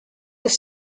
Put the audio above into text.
this